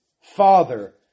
father